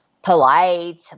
Polite